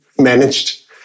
managed